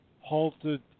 halted